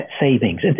savings